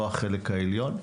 לא החלק העליון,